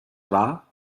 war